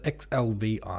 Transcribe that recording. XLVI